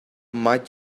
might